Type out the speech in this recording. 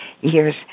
years